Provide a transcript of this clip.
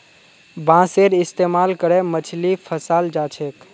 बांसेर इस्तमाल करे मछली फंसाल जा छेक